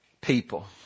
people